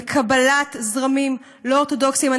בקבלת זרמים לא אורתודוקסיים,